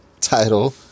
title